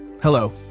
Hello